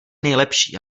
nejlepší